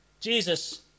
Jesus